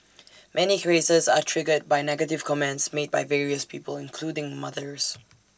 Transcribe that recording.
many creases are triggered by negative comments made by various people including mothers